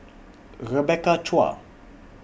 Rebecca Chua